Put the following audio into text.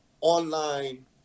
online